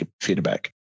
feedback